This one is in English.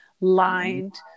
lined